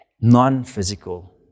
non-physical